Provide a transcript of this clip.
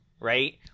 right